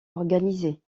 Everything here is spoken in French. organisée